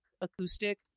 acoustic